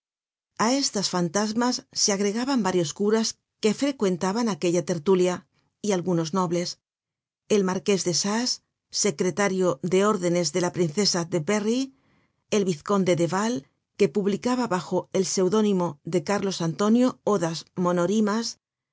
a estas fantasmas se agregaban varios curas que frecuentaban aquella tertulia y algunos nobles el marqués de sass secretario de órdenes de la princesa de berry el vizconde de val que publicaba bajo el pseudónimo de carlos antonio odas